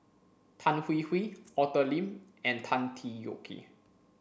Tan Hwee Hwee Arthur Lim and Tan Tee Yoke